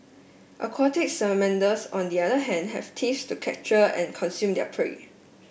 aquatic salamanders on the other hand have teeth to capture and consume their prey